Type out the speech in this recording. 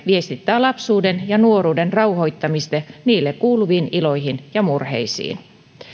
viestittää lapsuuden ja nuoruuden rauhoittamista niille kuuluviin iloihin ja murheisiin